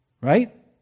right